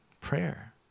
prayer